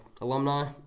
alumni